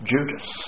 Judas